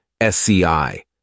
SCI